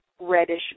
reddish